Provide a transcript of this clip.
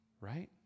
Right